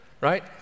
Right